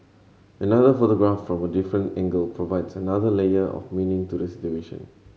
another photograph from a different angle provides another layer of meaning to the situation